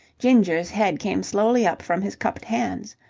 ginger's head came slowly up from his cupped hands.